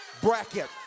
bracket